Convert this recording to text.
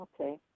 okay